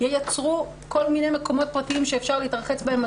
ייצרו כל מיני מקומות פרטיים שאפשר להתרחץ בהם.